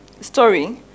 story